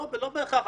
לא בהכרח.